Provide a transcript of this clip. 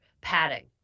padding